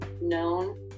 known